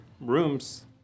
rooms